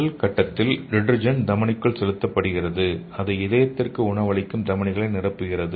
முதல் கட்டத்தில் டிடர்ஜென்ட் தமனிக்குள் செலுத்தப்படுகிறது அது இதயத்திற்கு உணவளிக்கும் தமனிகளை நிரப்புகிறது